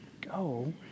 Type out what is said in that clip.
Go